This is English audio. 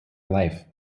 life